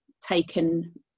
taken